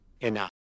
Enough